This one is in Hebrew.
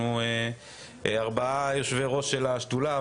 אנחנו ארבעה יושבי-ראש של השדולה,